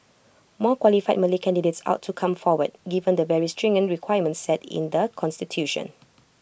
more qualified Malay candidates ought to come forward given the very stringent requirements set in the Constitution